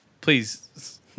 please